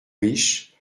riche